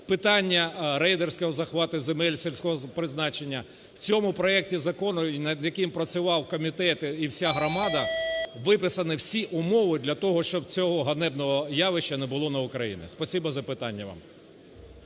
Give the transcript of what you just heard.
питання рейдерського захвату земель сільськогосподарського призначення, в цьому проекті законі, над яким працював комітет і вся громада, виписані всі умови для того, щоб цього ганебного явища не було на Україні. Дякую за запитання вам.